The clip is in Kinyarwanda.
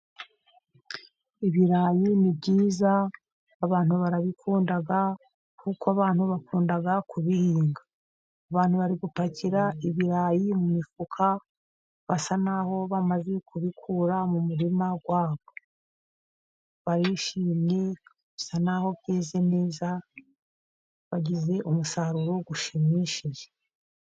Ibirayi ni byiza abantu barabikunda, kuko abantu bakunda kubihinga. Abantu bari gupakira ibirayi mu mifuka basa na ho bamaze kubikura mu murima wa bo. Barishimye, bisa na ho byeze neza, bagize umusaruro ushimishije.